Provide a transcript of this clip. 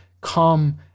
come